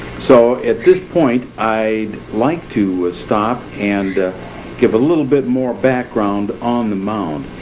so at this point i'd like to stop and give a little bit more background on the mound.